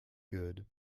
good